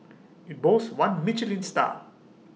IT boasts one Michelin star